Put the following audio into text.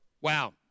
Wow